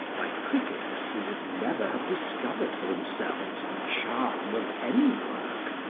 by critics who would never have discovered for themselves the charm of any work,